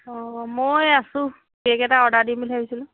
অঁ মই আছোঁ কেক এটা অৰ্ডাৰ দিম বুলি ভাবিছিলোঁ